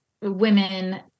women